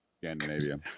Scandinavia